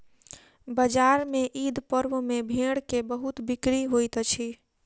बजार में ईद पर्व में भेड़ के बहुत बिक्री होइत अछि